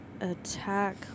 Attack